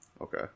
okay